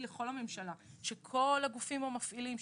לכל הממשלה כדי שכל הגופים המפעילים,